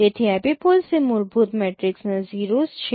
તેથી એપિપોલ્સ એ મૂળભૂત મેટ્રિક્સના 0s છે